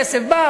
כסף בא,